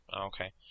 Okay